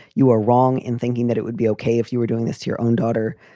you are wrong in thinking that it would be okay if you were doing this to your own daughter.